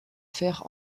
faire